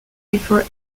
before